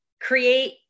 create